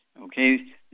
okay